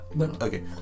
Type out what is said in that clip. Okay